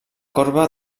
corba